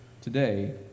today